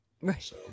Right